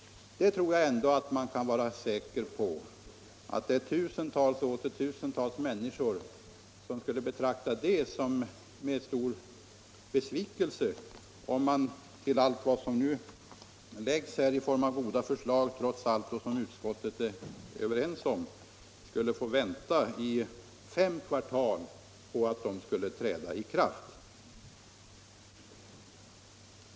Tusentals och åter tusentals människor skulle säkert betrakta riksdagens beslut med stor besvikelse, om de trots alla goda förslag som utskottet är överens om skulle få vänta i fem kvartal på att de här viktiga körkortsreformerna skulle träda i kraft.